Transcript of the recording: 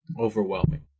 overwhelming